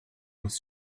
was